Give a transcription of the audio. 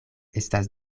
estas